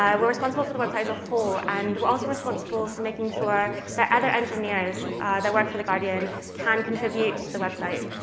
um we're responsible for the website as a whole, and we're also responsible for making sure that other engineers that work for the guardian can contribute to the website.